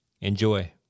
Enjoy